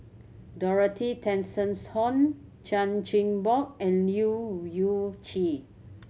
Dorothy Tessensohn Chan Chin Bock and Leu Yew Chye